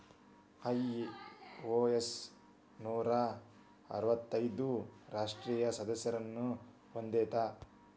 IOS ನೂರಾ ಅರ್ವತ್ತೈದು ರಾಷ್ಟ್ರೇಯ ಸದಸ್ಯರನ್ನ ಹೊಂದೇದ